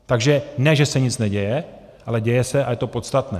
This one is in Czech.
Takže ne že se nic neděje, ale děje se a je to podstatné.